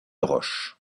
roches